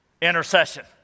Intercession